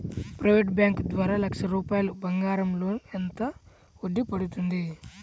Private bank ద్వారా లక్ష రూపాయలు బంగారం లోన్ ఎంత వడ్డీ పడుతుంది?